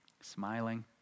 Smiling